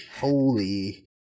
Holy